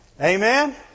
Amen